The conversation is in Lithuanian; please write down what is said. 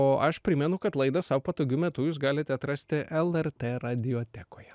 o aš primenu kad laidą sau patogiu metu jūs galite atrasti lrt radiotekoje